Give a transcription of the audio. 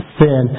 sin